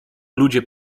ludzie